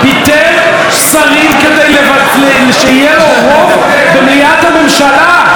פיטר שרים כדי שיהיה לו רוב במליאת הממשלה.